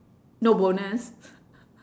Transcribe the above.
no bonus